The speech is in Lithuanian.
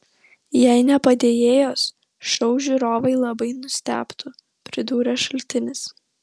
jei ne padėjėjos šou žiūrovai labai nustebtų pridūrė šaltinis